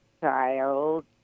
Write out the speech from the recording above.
child